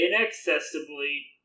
inaccessibly